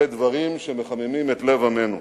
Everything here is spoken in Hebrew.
אלה דברים שמחממים את לב עמנו.